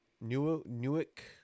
Newick